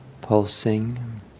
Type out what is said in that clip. pulsing